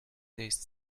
taste